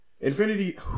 infinity